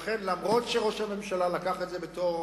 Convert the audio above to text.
לכן, אף שראש הממשלה לקח את זה בתור